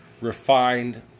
refined